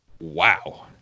Wow